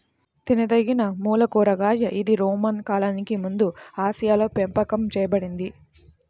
తినదగినమూల కూరగాయ ఇది రోమన్ కాలానికి ముందుఆసియాలోపెంపకం చేయబడింది